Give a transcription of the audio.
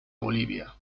bolivia